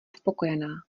spokojená